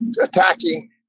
attacking